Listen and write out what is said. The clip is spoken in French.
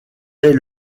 est